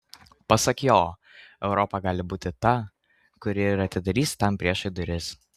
pasak jo europa gali būti ta kuri ir atidarys tam priešui duris